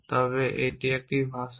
তবে এটি একটি ভাষা